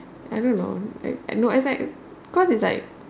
I don't know its like cause its like